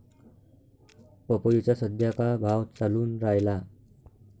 पपईचा सद्या का भाव चालून रायला?